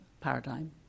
paradigm